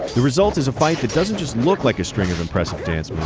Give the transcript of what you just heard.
the result is a fight that doesn't just look like a string of impressive dance